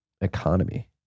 economy